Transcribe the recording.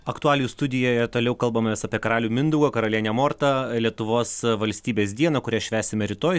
aktualijų studijoje toliau kalbamės apie karalių mindaugą karalienę mortą lietuvos valstybės dieną kurią švęsime rytoj